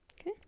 Okay